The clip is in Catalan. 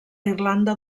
irlanda